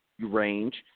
range